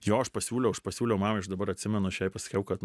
jo aš pasiūliau aš pasiūliau mamai aš dabar atsimenu aš jai pasakiau kad